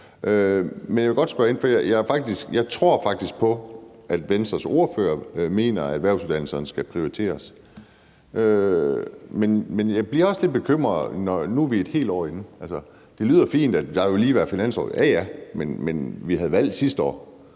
Jeg tror faktisk på, at Venstres ordfører mener, at erhvervsuddannelserne skal prioriteres, men jeg bliver også lidt bekymret, når vi nu er et helt år inde. Det lyder fint, og der har jo lige været finanslov, ja, ja, men vi havde valg sidste år,